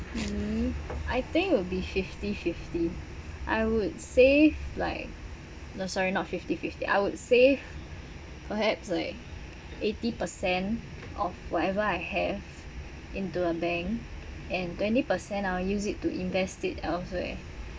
um I think will be fifty fifty I would say like no sorry not fifty fifty I would save perhaps like eighty per cent of whatever I have into a bank and twenty percent I'll use it to invest it elsewhere